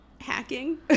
hacking